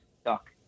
stuck